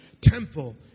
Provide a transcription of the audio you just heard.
temple